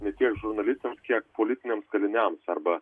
ne tiek žurnalistams kiek politiniams kaliniams arba